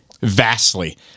Vastly